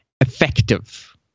effective